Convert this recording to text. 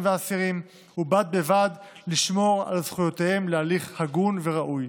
והאסירים ובד בבד לשמור על זכויותיהם להליך הגון וראוי.